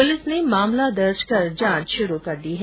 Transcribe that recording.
police ने मामला दर्ज कर जांच शुरू कर दी है